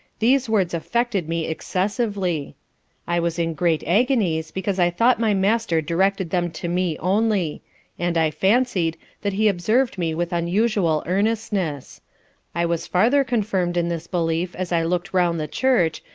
these words affected me excessively i was in great agonies because i thought my master directed them to me only and, i fancied, that he observ'd me with unusual earnestness i was farther confirm'd in this belief as i look'd round the church,